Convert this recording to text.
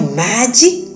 magic